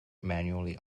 manually